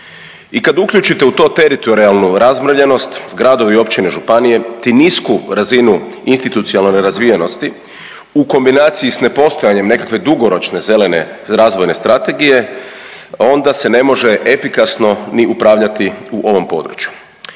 I kad uključite u to teritorijalnu razmrvljenost gradovi, općine, županije te nisu razinu institucionalne razvijenosti u kombinaciji s nepostojanjem nekakve dugoročne zelene razvojne strategije onda se ne može efikasno ni upravljati u ovom području.